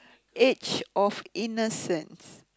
age of innocence